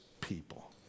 people